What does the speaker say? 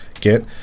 get